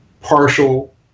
partial